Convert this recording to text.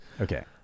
Okay